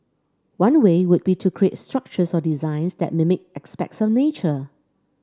one way would be to create structures or designs that mimic aspects of nature